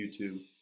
YouTube